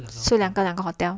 所以两个 hotel